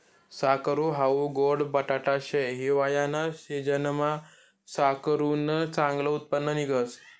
साकरू हाऊ गोड बटाटा शे, हिवायाना सिजनमा साकरुनं चांगलं उत्पन्न निंघस